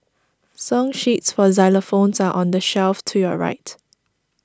song sheets for xylophones are on the shelf to your right